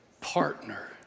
partner